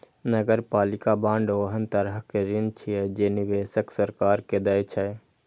नगरपालिका बांड ओहन तरहक ऋण छियै, जे निवेशक सरकार के दै छै